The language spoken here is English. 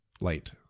light